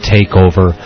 Takeover